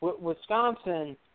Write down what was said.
Wisconsin